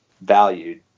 valued